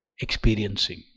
experiencing